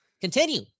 continue